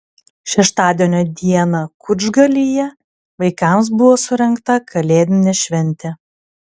šeštadienio dieną kučgalyje vaikams buvo surengta kalėdinė šventė